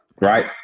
Right